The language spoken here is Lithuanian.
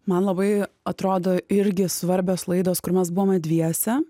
man labai atrodo irgi svarbios laidos kur mes buvome dviese